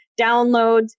downloads